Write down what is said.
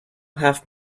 half